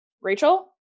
Rachel